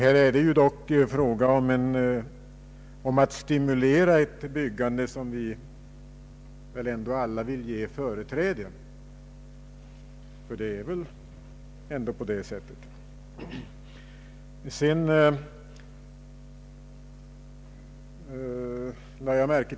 Här är det dock fråga om att stimulera ett byggande som vi alla vill ge företräde. Det är väl ändå på det sättet?